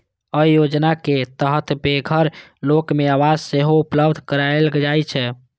अय योजनाक तहत बेघर लोक कें आवास सेहो उपलब्ध कराएल जाइ छै